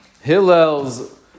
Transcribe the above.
Hillel's